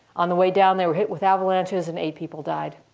on the way down they were hit with avalanches, and eight people died.